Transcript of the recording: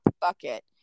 bucket